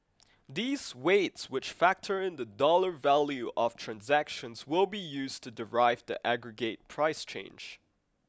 these weights which factor in the dollar value of transactions will be used to derive the aggregate price change